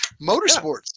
Motorsports